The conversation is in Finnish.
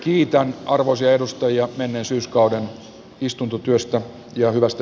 kiitän arvoisia edustajia menneen syyskauden istuntotyöstä ja hyvästä